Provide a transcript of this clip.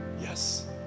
Yes